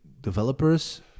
developers